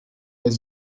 est